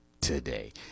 Today